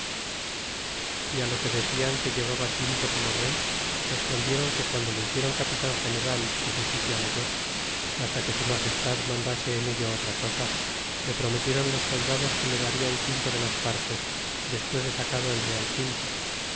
e lo que decian que llevaba quinto como rey respondiéron que guando lo hiciéron capitan general y justicia mayor hasta que su magestad mandase en ello otra cosa le prometiéron los soldados que le darian quinto de las partes despues de sacado el real quinto